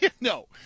No